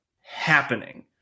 happening